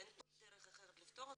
אין פה דרך אחרת לפתור אותה.